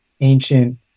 ancient